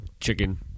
chicken